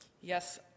Yes